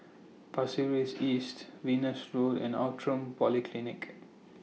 Pasir Ris East Venus Road and Outram Polyclinic